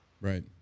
Right